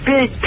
Big